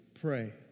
pray